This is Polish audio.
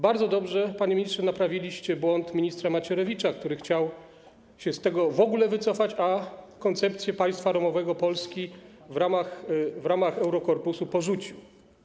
Bardzo dobrze, panie ministrze, naprawiliście błąd ministra Macierewicza, który chciał się z tego w ogóle wycofać, a koncepcję państwa ramowego Polski w ramach Eurokorpusu porzucił.